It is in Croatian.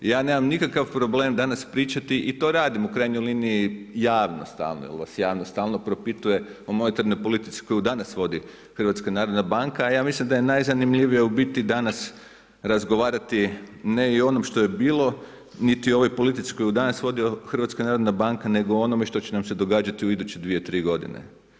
Ja nemam nikakav problem danas pričati i to radim u krajnjoj liniji javno jer vas javnost stalno propituje o monetarnoj politici koju danas vodi HNB a ja mislim da je najzanimljivije u biti danas razgovarati ne i o onom što je bilo, niti o ovoj politici koju danas vodi HNB, nego o onome što će nam se događati u iduće 2, 3 godine.